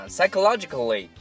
Psychologically